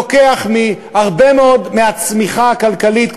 לוקח הרבה מאוד מהצמיחה הכלכלית,